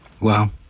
Wow